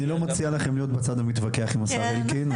אני לא מציע לכם להיות בצד המתווכח עם השר אלקין.